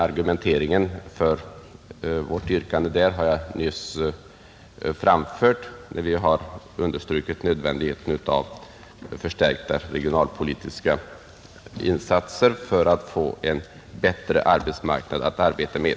Argumenteringen för vårt yrkande på den punkten har jag nyss framfört: vi har understrukit nödvändigheten av förstärkta regionalpolitiska insatser för att få en bättre arbetsmarknad att arbeta med.